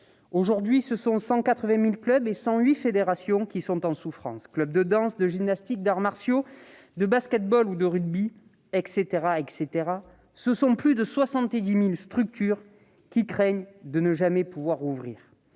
Aujourd'hui, ce sont 180 000 clubs et 108 fédérations qui sont en souffrance. Clubs de danse, de gymnastique, d'arts martiaux, de basketball, de rugby, etc. : plus de 70 000 structures craignent de ne jamais pouvoir rouvrir.